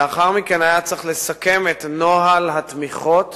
לאחר מכן היה צריך לסכם את נוהל התמיכות